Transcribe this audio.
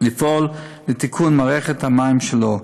לפעול לתיקון מערכת המים שלו.